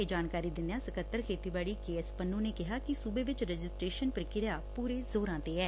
ਇਹ ਜਾਣਕਾਰੀ ਦਿੰਦਿਆਂ ਸਕੱਤਰ ਖੇਤੀਬਾੜੀ ਕੇਐਸ ਪਨੁੰ ਨੇ ਕਿਹਾ ਕਿ ਸੁਬੇ ਵਿੱਚ ਰਜਿਸਟ੍ਏਸ਼ਨ ਪ੍ਰਕਿਰਿਆ ਪੁਰੇ ਜ਼ੋਰਾਂ ਤੇ ਏ